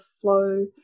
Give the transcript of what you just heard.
flow